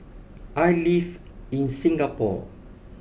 I live in Singapore